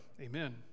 Amen